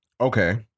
Okay